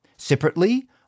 Separately